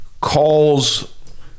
calls